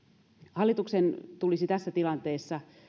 hallituksen tulisi tässä tilanteessa